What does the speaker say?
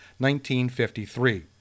1953